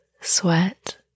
sweat